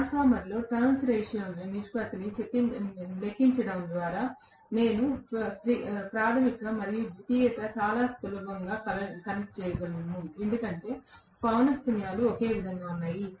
ట్రాన్స్ఫార్మర్లో టర్న్స్ నిష్పత్తిని లెక్కించడం ద్వారా నేను ప్రాధమిక మరియు ద్వితీయతను చాలా సులభంగా కనెక్ట్ చేయగలను ఎందుకంటే పౌన encies పున్యాలు ఒకే విధంగా ఉన్నాయి